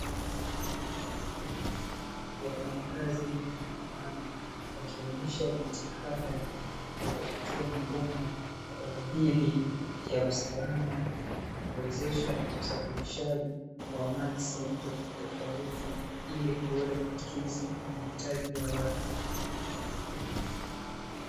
Wafanyakazi wa idara ya maji wakionesha jitihada za kufukia mabomba kwa ajjili ya usalama na kuwezesha usafirishaji wa maji sehemu tofauti tofauti, ili kuweza kukidhi mahitaji ya watu.